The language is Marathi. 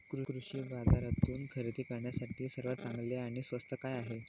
कृषी बाजारातून खरेदी करण्यासाठी सर्वात चांगले आणि स्वस्त काय आहे?